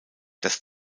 das